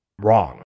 wrong